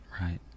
Right